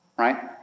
Right